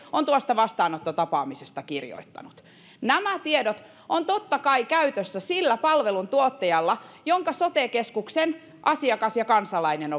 on tuosta vastaanottotapaamisesta kirjoittanut nämä tiedot ovat totta kai käytössä sillä palveluntuottajalla jonka sote keskuksen asiakas ja kansalainen